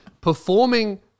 performing